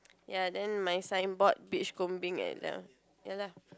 ya then my signboard beach and err ya lah